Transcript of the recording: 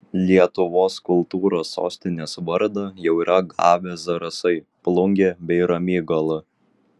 lietuvos kultūros sostinės vardą jau yra gavę zarasai plungė bei ramygala